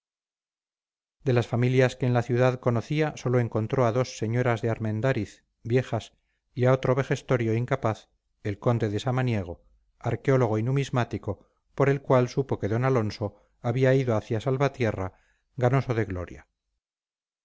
de las familias que en la ciudad conocía sólo encontró a dos señoras de armendáriz viejas y a otro vejestorio incapaz el conde de samaniego arqueólogo y numismático por el cual supo que d alonso había ido hacia salvatierra ganoso de gloria